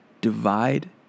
Divide